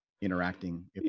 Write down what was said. interacting